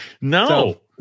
No